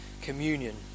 communion